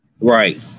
right